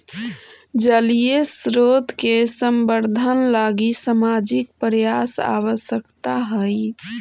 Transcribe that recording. जलीय स्रोत के संवर्धन लगी सामाजिक प्रयास आवश्कता हई